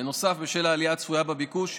בנוסף, בשל העלייה הצפויה בביקוש,